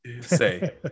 say